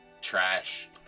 trash